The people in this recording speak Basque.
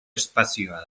espazioa